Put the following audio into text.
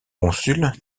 consuls